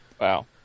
Wow